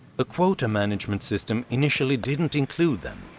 the quota management system initially didn't include them.